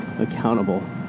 accountable